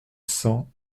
cent